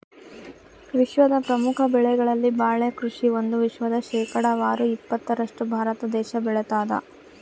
ವಿಶ್ವದ ಪ್ರಮುಖ ಬೆಳೆಗಳಲ್ಲಿ ಬಾಳೆ ಕೃಷಿ ಒಂದು ವಿಶ್ವದ ಶೇಕಡಾವಾರು ಇಪ್ಪತ್ತರಷ್ಟು ಭಾರತ ದೇಶ ಬೆಳತಾದ